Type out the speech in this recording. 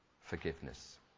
Forgiveness